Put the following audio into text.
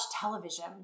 television